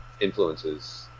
influences